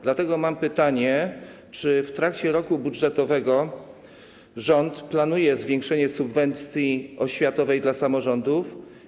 Dlatego mam pytanie: Czy w trakcie roku budżetowego rząd planuje zwiększenie subwencji oświatowej dla samorządów?